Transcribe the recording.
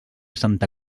santa